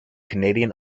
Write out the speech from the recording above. canadian